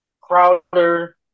Crowder